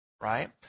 right